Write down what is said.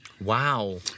Wow